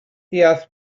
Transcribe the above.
deall